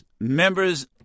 members